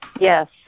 yes